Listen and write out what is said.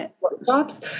workshops